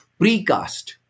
precast